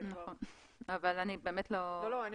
אני לא מצויה בפרטים.